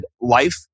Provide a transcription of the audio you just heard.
Life